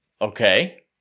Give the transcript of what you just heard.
Okay